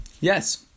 yes